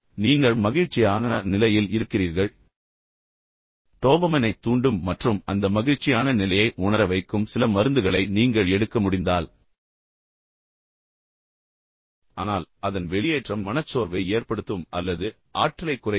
எனவே நீங்கள் மகிழ்ச்சியான நிலையில் இருக்கிறீர்கள் டோபமைனைத் தூண்டும் மற்றும் அந்த மகிழ்ச்சியான நிலையை உணர வைக்கும் சில மருந்துகளை நீங்கள் எடுக்க முடிந்தால் ஆனால் அதன் வெளியேற்றம் மனச்சோர்வை ஏற்படுத்தும் அல்லது ஆற்றலைக் குறைக்கும்